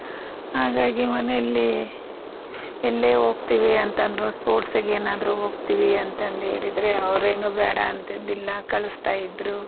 ಹಾಗಾಗಿ ಮನೆಯಲ್ಲಿ ಎಲ್ಲೇ ಹೋಗ್ತೀವಿ ಅಂತಂದರೂ ಸ್ಪೋರ್ಟ್ಸಿಗೆ ಏನಾದರೂ ಹೋಗ್ತೀವಿ ಅಂತಂದು ಹೇಳಿದರೆ ಅವರೇನು ಬೇಡ ಅಂತಿದ್ದಿಲ್ಲ ಕಳಿಸ್ತಾಯಿದ್ರು